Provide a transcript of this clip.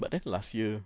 but then last year